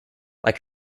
like